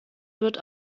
wird